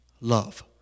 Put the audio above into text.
love